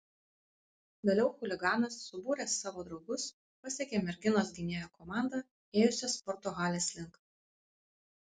vėliau chuliganas subūręs savo draugus pasekė merginos gynėjo komandą ėjusią sporto halės link